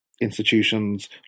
institutions